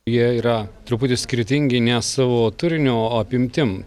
jie yra truputį skirtingi ne savo turiniu o apimtim